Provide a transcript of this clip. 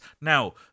Now